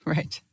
Right